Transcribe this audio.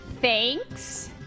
Thanks